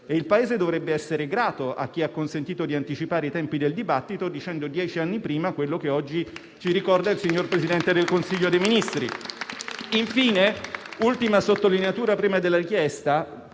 il Paese dovrebbe essere grato a chi ha consentito di anticipare i tempi del dibattito, dicendo dieci anni prima quello che oggi ci ricorda il signor Presidente del Consiglio dei